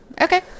Okay